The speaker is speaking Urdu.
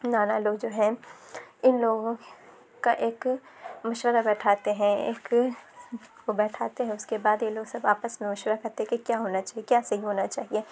نانا لوگ جو ہیں اِن لوگوں کا ایک مشورہ بیٹھاتے ہیں ایک وہ بیٹھاتے ہیں اُس کے بعد یہ لوگ سب آپس میں مشورہ کرتے ہیں کہ کیا ہونا چاہیے کیا صحیح ہونا چاہیے